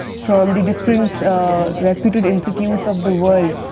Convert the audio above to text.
from the different reputed institutes of the world,